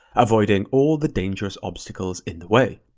avoiding all the dangerous obstacles in the way.